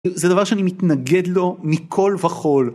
זה דבר שאני מתנגד לו מכל וכל.